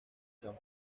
san